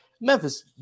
Memphis